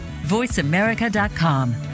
VoiceAmerica.com